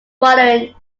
following